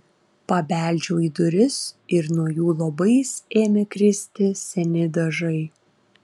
pabeldžiau į duris ir nuo jų luobais ėmė kristi seni dažai